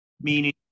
Meaning